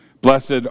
Blessed